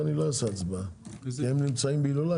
הצענו איזשהו נוסח ואנחנו עדיין מלבנים